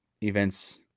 events